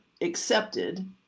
accepted